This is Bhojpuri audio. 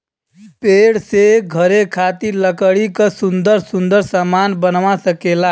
पेड़ से घरे खातिर लकड़ी क सुन्दर सुन्दर सामन बनवा सकेला